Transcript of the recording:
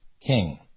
king